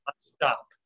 stop